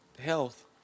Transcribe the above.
health